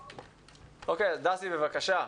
החינוך, בבקשה.